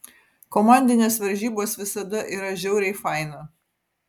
komandinės varžybos visada yra žiauriai faina